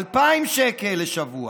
2,000 שקל לשבוע.